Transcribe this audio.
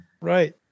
Right